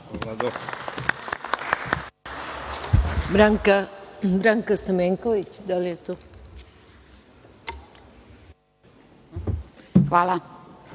Hvala.